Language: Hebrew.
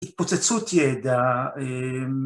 ‫התפוצצות ידע..